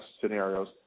scenarios